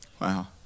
Wow